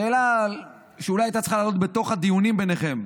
שאלה שאולי הייתה צריכה לעלות בתוך הדיונים ביניכם,